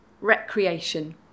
recreation